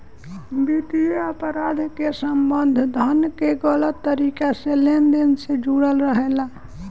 वित्तीय अपराध के संबंध धन के गलत तरीका से लेन देन से जुड़ल रहेला